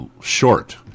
short